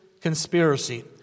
conspiracy